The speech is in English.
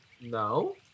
No